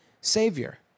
Savior